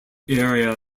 area